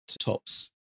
tops